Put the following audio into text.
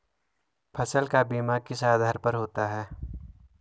फसल का बीमा किस आधार पर होता है?